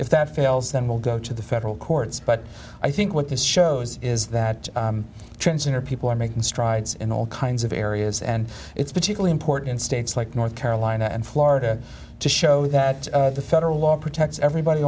if that fails then we'll go to the fed courts but i think what this shows is that transgender people are making strides in all kinds of areas and it's particularly important in states like north carolina and florida to show that the federal law protects everybody